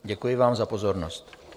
Děkuji vám za pozornost.